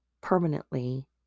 permanently